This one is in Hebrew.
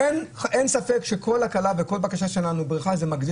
אין ספק שכל הקלה וכל בקשה שלנו בבריכה זה מגדיל